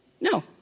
no